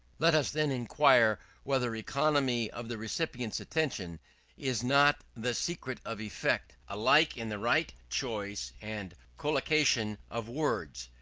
let us then inquire whether economy of the recipient's attention is not the secret of effect, alike in the right choice and collocation of words,